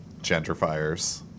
gentrifiers